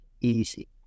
easy